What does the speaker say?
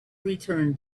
return